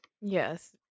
Yes